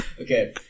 Okay